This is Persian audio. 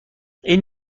این